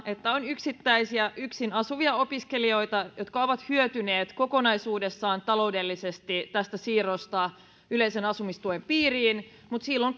että on yksittäisiä yksin asuvia opiskelijoita jotka ovat hyötyneet kokonaisuudessaan taloudellisesti tästä siirrosta yleisen asumistuen piiriin mutta silloin